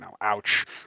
ouch